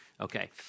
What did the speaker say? Okay